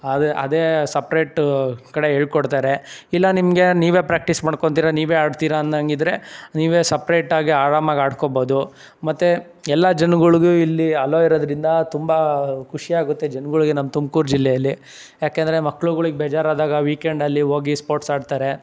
ಅದು ಅದೇ ಸಪ್ರೇಟು ಕಡೆ ಹೇಳ್ ಕೊಡ್ತಾರೆ ಇಲ್ಲ ನಿಮಗೆ ನೀವೇ ಪ್ರಾಕ್ಟೀಸ್ ಮಾಡ್ಕೊಳ್ತೀರ ನೀವೇ ಆಡ್ತೀರ ಅನ್ನೋಂಗಿದ್ರೆ ನೀವೇ ಸಪ್ರೇಟ್ ಆಗಿ ಆರಾಮಾಗಿ ಆಡ್ಕೋಬೋದು ಮತ್ತು ಎಲ್ಲ ಜನ್ಗಳ್ಗೂ ಇಲ್ಲಿ ಅಲೋವ್ ಇರೋದ್ರಿಂದ ತುಂಬ ಖುಷಿ ಆಗುತ್ತೆ ಜನ್ಗಳಿಗೆ ನಮ್ಮ ತುಮ್ಕೂರು ಜಿಲ್ಲೆಯಲ್ಲಿ ಯಾಕೆಂದರೆ ಮಕ್ಳುಗಳಿಗೆ ಬೇಜಾರಾದಾಗ ವೀಕೆಂಡಲ್ಲಿ ಹೋಗಿ ಸ್ಪೋರ್ಟ್ಸ್ ಆಡ್ತಾರೆ